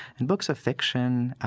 and books of fiction,